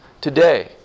today